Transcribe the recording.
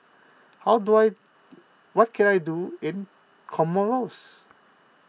how do I what can I do in Comoros